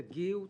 תגיעו,